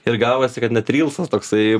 ir gavosi kad net rylsas toksai